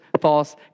false